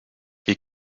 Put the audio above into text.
wie